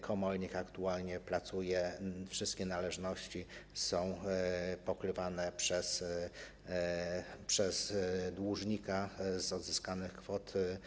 Komornik aktualnie pracuje, wszystkie należności są pokrywane przez dłużnika z odzyskanych kwot.